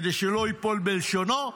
כדי שלא ייפול בלשונו.